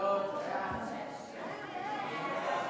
ההצעה להעביר